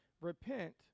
Repent